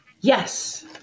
Yes